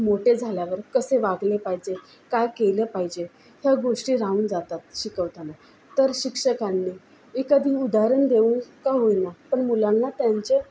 मोठे झाल्यावर कसे वागले पाहिजे काय केलं पाहिजे ह्या गोष्टी राहून जातात शिकवताना तर शिक्षकांनी एखादे उदाहरण देऊन का होईना पण मुलांना त्यांचे